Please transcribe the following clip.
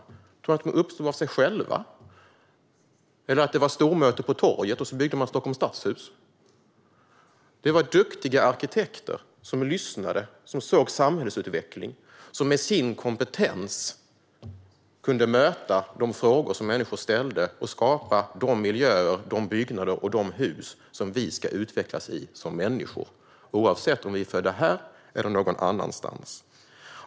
Tror han att de uppstod av sig själva eller att det var stormöte på torget och att man sedan byggde Stockholms stadshus? Det var duktiga arkitekter som lyssnade, som såg samhällsutvecklingen och som med sin kompetens kunde möta de frågor som människor ställde och skapa de miljöer, de byggnader och de hus som vi ska utvecklas i som människor, oavsett om vi är födda här eller någon annanstans.